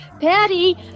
Patty